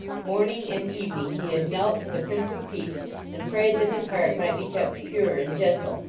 morning and evening he had knelt to the prince of peace and prayed that his heart might be kept pure and gentle,